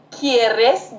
¿Quieres